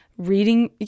reading